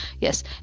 yes